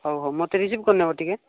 ହଉ ହଉ ମତେ ରିସିଭ୍ କରି ନେବ ଟିକେ